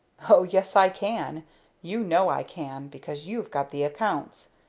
oh, yes, i can you know i can, because you've got the accounts.